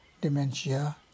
dementia